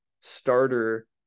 starter